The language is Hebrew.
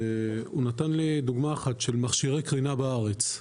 הוא נתן לי דוגמה אחת של מכשירי קרינה בארץ,